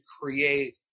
create